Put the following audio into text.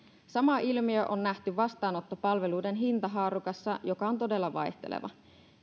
sama ilmiö on nähty vastaanottopalveluiden hintahaarukassa joka on todella vaihteleva